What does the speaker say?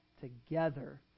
together